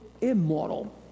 immortal